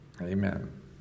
Amen